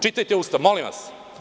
Čitajte Ustav, molim vas.